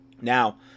Now